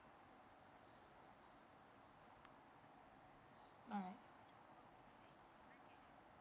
oh